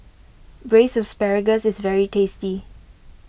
Braised Asparagus is very tasty